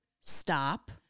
stop